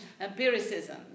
empiricism